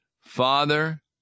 Father